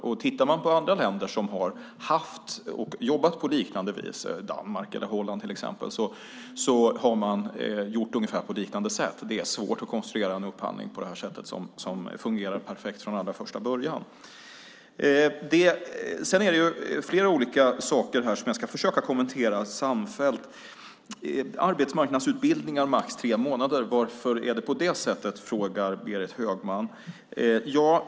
Om vi tittar på andra länder som jobbat på liknande vis, till exempel Danmark och Holland, ser vi att man gjort på liknande sätt. Det är svårt att konstruera en sådan upphandling så att den fungerar perfekt från allra första början. Det togs upp flera olika saker som jag ska försöka kommentera samfällt. Varför är arbetsmarknadsutbildningarna på max tre månader, frågar Berit Högman.